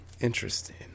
Interesting